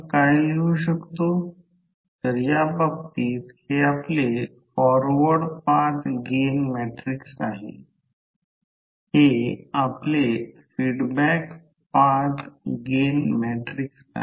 गोष्टी कशा आहेत हे आपण स्वतंत्रपणे पाहू आणि येथे याची जाडी 1 सेंटीमीटर आहे